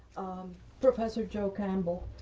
professor joe campbell.